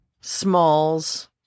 Smalls